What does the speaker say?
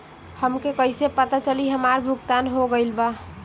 हमके कईसे पता चली हमार भुगतान हो गईल बा?